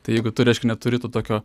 tai jeigu tu reiškia neturi to tokio